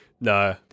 No